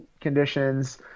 conditions